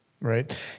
Right